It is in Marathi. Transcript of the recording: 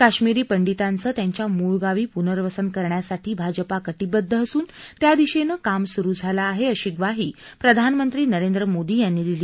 काश्मिरी पंडितांचं त्यांच्या मूळगावी पुनर्वसन करण्यासाठी भाजपा कटीबद्ध असून त्यादिशेनं काम सुरु झालं आहे अशी म्वाही प्रधानमंत्री नरेंद्र मोदी यांनी दिली